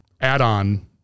add-on